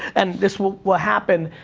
and this will will happen.